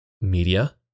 media